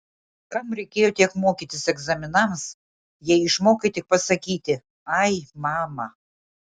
kam reikėjo tiek mokytis egzaminams jei išmokai tik pasakyti ai mama